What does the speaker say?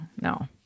No